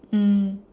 mm